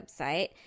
website